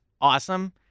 awesome